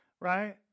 right